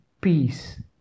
peace